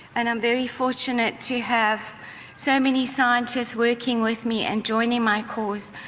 and i'm very fortunate to have so many scientists working with me and joining my cause,